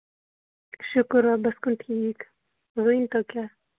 شُکُر رۄبَس کُن ٹھیٖک ؤنتو کیٛاہ